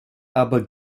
aber